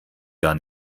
gar